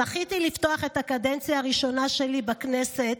זכיתי לפתוח את הקדנציה הראשונה שלי בכנסת